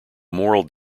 moral